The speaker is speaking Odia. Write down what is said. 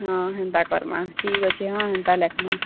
ହଁ ହେନ୍ତା କରମା ଠିକ୍ ଅଛି ହଁ ହେନ୍ତା ଲେଖମା